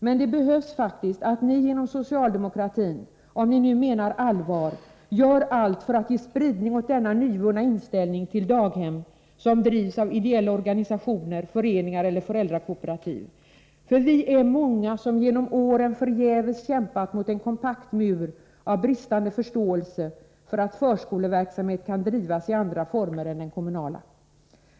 Men det behövs faktiskt att ni inom socialdemokratin, om ni nu menar allvar, gör allt för att ge spridning åt denna nyvunna inställning till daghem som drivs av ideella organisationer, föreningar eller föräldrakooperativ. För vi är många som genom åren förgäves kämpat mot en kompakt mur av bristande förståelse för att förskoleverksamhet kan drivas i andra former än den kommunala.